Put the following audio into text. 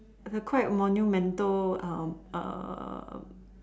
a quite monumental err um